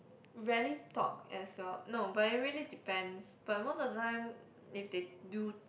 rarely talk as well no but it really depends but most of the time if they do